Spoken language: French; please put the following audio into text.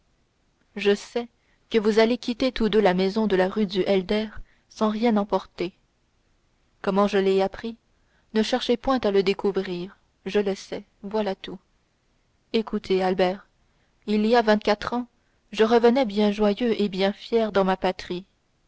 je sais que vous allez quitter tous deux la maison de la rue du helder sans rien emporter comment je l'ai appris ne cherchez point à le découvrir je le sais voilà tout écoutez albert il y a vingt-quatre ans je revenais bien joyeux et bien fier dans ma patrie